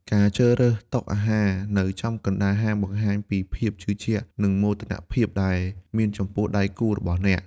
ការជ្រើសរើសតុអាហារនៅចំកណ្ដាលហាង បង្ហាញពីភាពជឿជាក់ និងមោទនភាពដែលអ្នកមានចំពោះដៃគូរបស់អ្នក។